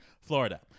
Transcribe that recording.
Florida